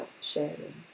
sharing